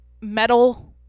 metal